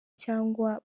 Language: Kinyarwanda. cyangwa